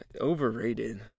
overrated